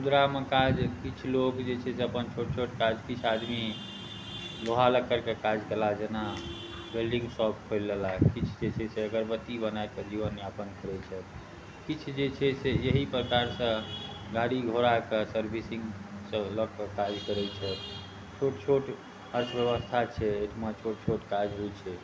खुदरामे काज जे किछु लोक जे छै से अपन छोट छोट काज किछु आदमी लोहा लक्कड़के काज कयलाह जेना वेल्डिङ्ग शॉप खोलि लेलक किछु जे छै से अगरबत्ती बनाके जीवनयापन करैत छथि किछु जे छै से एहि प्रकारसँ गाड़ी घोड़ाके सर्विसिङ्गके लऽ कऽ काज करैत छथि छोट छोट अर्थव्यवस्था छै ओहिठिमा छोट छोट काज होइत छै